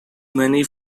many